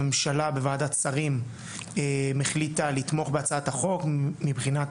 הממשלה בוועדת שרים החליטה לתמוך בהצעת החוק מבחינת